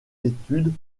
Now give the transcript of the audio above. études